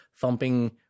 thumping